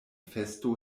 festo